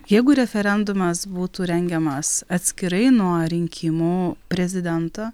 jeigu referendumas būtų rengiamas atskirai nuo rinkimų prezidento